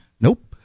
Nope